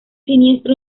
siniestro